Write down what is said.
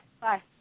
Bye